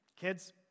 Kids